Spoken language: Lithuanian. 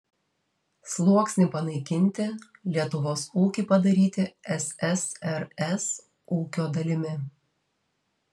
sluoksnį panaikinti lietuvos ūkį padaryti ssrs ūkio dalimi